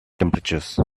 temperatures